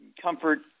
comfort